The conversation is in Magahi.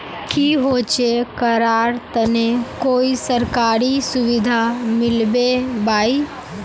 की होचे करार तने कोई सरकारी सुविधा मिलबे बाई?